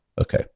Okay